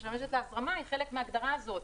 שמשמשת להזרמה היא חלק מההגדרה הזאת.